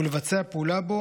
ולבצע פעולה בו,